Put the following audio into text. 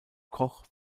koch